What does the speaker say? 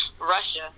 Russia